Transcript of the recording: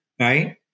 Right